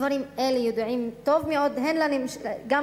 דברים אלה ידועים טוב מאוד גם לממשלה.